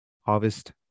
harvest